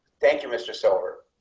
thank you, mr. silver